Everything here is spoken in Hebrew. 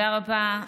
תודה רבה,